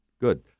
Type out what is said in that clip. good